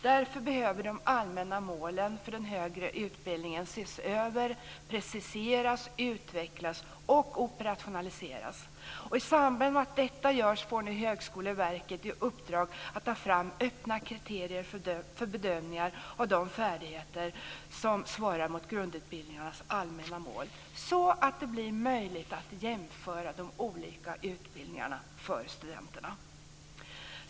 Därför behöver de allmänna målen för den högre utbildningen ses över, preciseras, utvecklas och operationaliseras. I samband med att detta görs får nu Högskoleverket i uppdrag att ta fram öppna kriterier för bedömningar av de färdigheter som svarar mot grundutbildningarnas allmänna mål, så att det blir möjligt för studenterna att jämföra de olika utbildningarna.